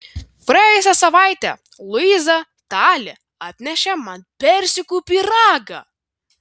praėjusią savaitę luiza tali atnešė man persikų pyragą